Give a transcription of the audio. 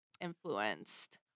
influenced